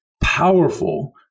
powerful